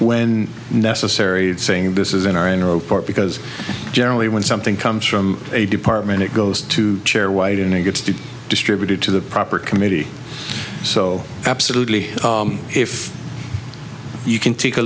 when necessary and saying this is in our own report because generally when something comes from a department it goes to chair white and it gets to be distributed to the proper committee so absolutely if you can take a